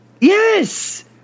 yes